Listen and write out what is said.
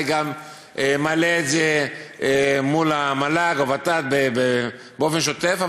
גם מעלה את זה מול המל"ג והוות"ת באופן שוטף.